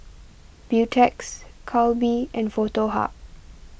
Beautex Calbee and Foto Hub